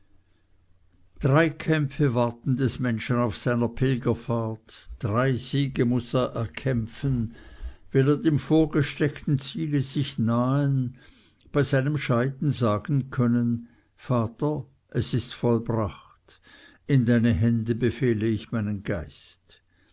drei kämpfe warten des menschen auf seiner pilgerfahrt drei siege muß er erkämpfen will er dem vorgesteckten ziele sich nahen bei seinem scheiden sagen können vater es ist vollbracht in deine hände befehle ich meinen geist